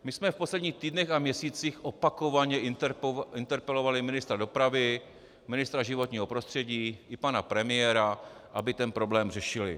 My jsme v posledních týdnech a měsících opakovaně interpelovali ministra dopravy, ministra životního prostředí i pana premiéra, aby ten problém řešili.